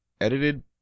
edited